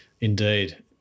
indeed